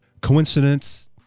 Coincidence